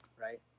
right